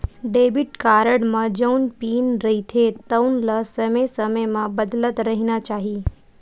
debit card म जउन PIN रहिथे तउन ल समे समे म बदलत रहिना चाही